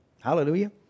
Hallelujah